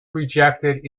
rejected